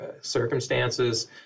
circumstances